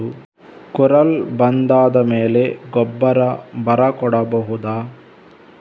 ಕುರಲ್ ಬಂದಾದ ಮೇಲೆ ಗೊಬ್ಬರ ಬರ ಕೊಡಬಹುದ?